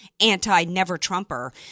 anti-never-Trumper